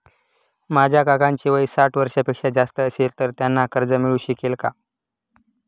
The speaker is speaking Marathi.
माझ्या काकांचे वय साठ वर्षांपेक्षा जास्त असेल तर त्यांना कर्ज मिळू शकेल का?